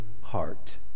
heart